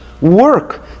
Work